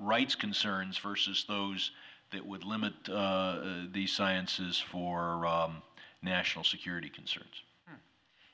rights concerns versus those that would limit the sciences for national security concerns